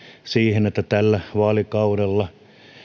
siihen että tällä vaalikaudella